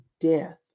death